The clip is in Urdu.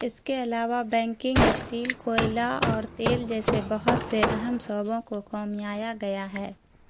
اس کے علاوہ بینکنگ اسٹیل کوئلہ اور تیل جیسے بہت سے اہم شعبوں کو قومیایا گیا ہے